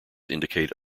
indicate